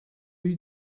you